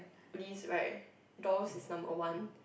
list right dolls is number one